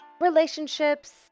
relationships